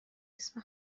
اسم